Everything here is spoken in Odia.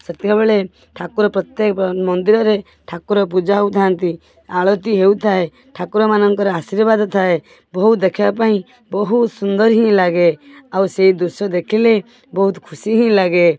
ସେତେବେଳେ ଠାକୁର ପ୍ରତ୍ୟେକ ପ ମନ୍ଦିରରେ ଠାକୁର ପୂଜା ହେଉଥାନ୍ତି ଆଳତି ହେଉଥାଏ ଠାକୁରମାନଙ୍କର ଆଶିର୍ବାଦ ଥାଏ ବହୁ ଦେଖିବା ପାଇଁ ବହୁ ସୁନ୍ଦର ହିଁ ଲାଗେ ଆଉ ସେଇ ଦୃଶ୍ୟ ଦେଖିଲେ ବହୁତ ଖୁସି ହିଁ ଲାଗେ